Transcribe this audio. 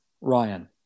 Ryan